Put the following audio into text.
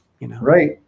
Right